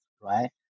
right